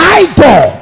idol